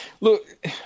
Look